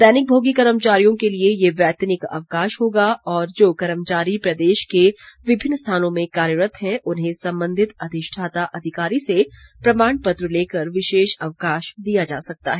दैनिक भोगी कर्मचारियों के लिए ये वैतनिक अवकाश होगा और जो कर्मचारी प्रदेश के विभिन्न स्थानों में कार्यरत्त है उन्हें संबंधित अधिष्ठाता अधिकारी से प्रमाण पत्र लेकर विशेष अवकाश दिया जा सकता है